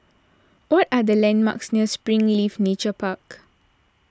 what are the landmarks near Springleaf Nature Park